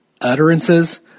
utterances